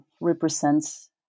represents